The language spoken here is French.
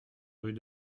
rue